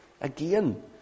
Again